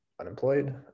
unemployed